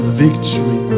victory